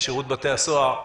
בשירות בתי הסוהר.